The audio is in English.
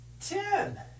ten